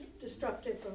destructive